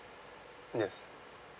yes